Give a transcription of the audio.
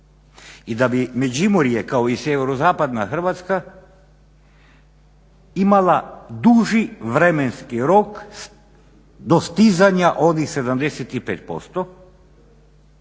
I da bi Međimurje kao i sjeverozapadna Hrvatska imala duži vremenski rok dostizanja onih 75%